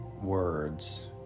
words